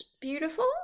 beautiful